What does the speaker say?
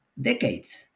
decades